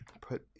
put